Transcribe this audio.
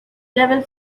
level